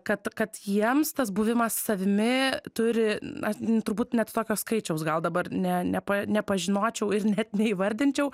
kad kad jiems tas buvimas savimi turi na turbūt net tokio skaičiaus gal dabar ne nepa nepažinočiau ir net neįvardinčiau